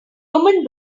human